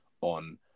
on